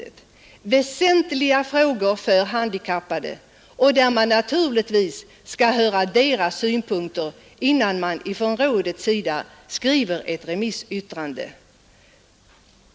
Det har gällt väsentliga frågor för de handikappade, och naturligtvis bör man höra deras synpunkter innan man från rådets sida skriver ett remissyttrande.